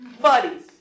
Buddies